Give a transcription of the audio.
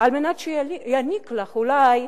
על מנת שיעניק לך, אולי,